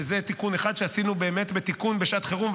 שזה תיקון אחד שעשינו בשעת חירום,